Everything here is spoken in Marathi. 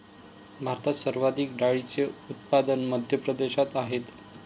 भारतात सर्वाधिक डाळींचे उत्पादन मध्य प्रदेशात आहेत